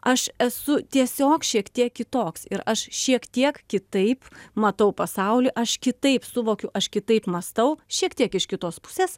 aš esu tiesiog šiek tiek kitoks ir aš šiek tiek kitaip matau pasaulį aš kitaip suvokiu aš kitaip mąstau šiek tiek iš kitos pusės